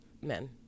men